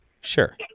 Sure